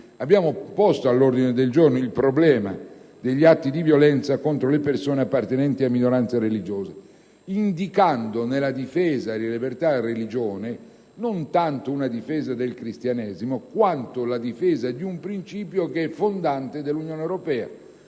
abbiamo posto all'ordine del giorno il problema degli atti di violenza contro le persone appartenenti a minoranze religiose, indicando nella difesa della libertà di religione non tanto una difesa del Cristianesimo quanto la difesa di un principio che è fondante dell'Unione europea.